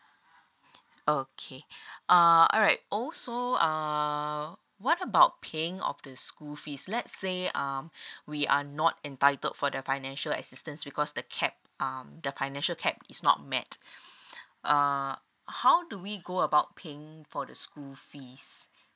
okay uh alright also err what about paying of the school fees let's say um we are not entitled for the financial assistance because the cap um the financial cap is not met err how do we go about paying for the school fees